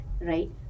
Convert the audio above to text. right